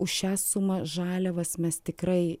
už šią sumą žaliavas mes tikrai